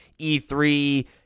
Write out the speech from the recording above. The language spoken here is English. e3